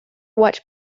what